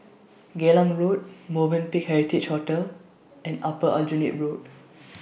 Geylang Road Movenpick Heritage Hotel and Upper Aljunied Road